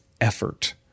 effort